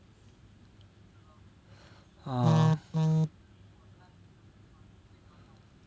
ah